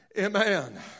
Amen